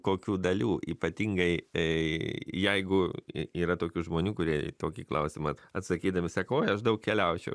kokių dalių ypatingai i jeigu y yra tokių žmonių kurie į tokį klausimą atsakydami sako oi aš daug keliaučiau